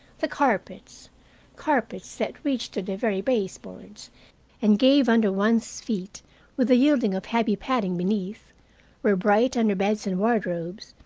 the carpets carpets that reached to the very baseboards and gave under one's feet with the yielding of heavy padding beneath were bright under beds and wardrobes,